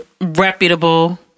reputable